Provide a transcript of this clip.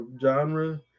genre